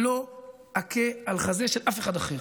לא אכה על חזה של אף אחד אחר.